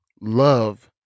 Love